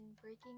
Breaking